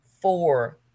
four